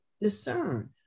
discern